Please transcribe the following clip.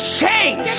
change